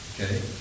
Okay